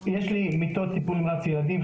יש לי מיטות טיפול נמרץ ילדים,